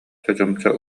чочумча